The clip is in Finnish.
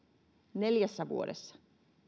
neljässä vuodessa